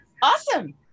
Awesome